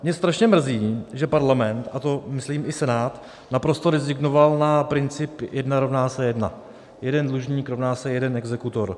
Mě strašně mrzí, že Parlament, a to myslím i Senát, naprosto rezignoval na princip jedna rovná se jedna, jeden dlužník rovná se jeden exekutor.